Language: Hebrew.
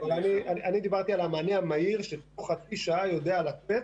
אני דיברתי על המענה המהיר שבתוך חצי שעה יודע לצאת